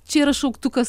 čia yra šauktukas